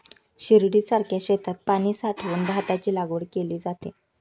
शिर्डीसारख्या शेतात पाणी साठवून भाताची लागवड केली जाते